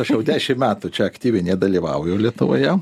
aš jau dešim metų čia aktyviai nedalyvauju lietuvoje